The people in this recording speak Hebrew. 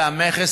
המכס,